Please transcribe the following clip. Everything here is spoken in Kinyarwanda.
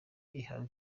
ihawe